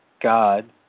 God